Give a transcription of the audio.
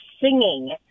singing